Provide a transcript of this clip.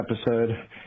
episode